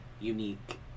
unique